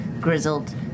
grizzled